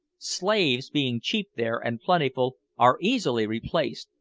slaves being cheap there, and plentiful, are easily replaced,